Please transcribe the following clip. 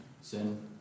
Sin